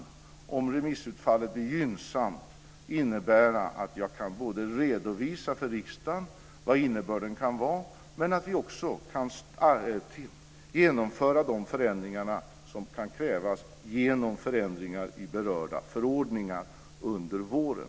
Om remissutfallet blir gynnsamt kan det innebära att jag kan redovisa innebörden för riksdagen samt att vi kan genomföra de förändringar som kan krävas i berörda förordningar under våren.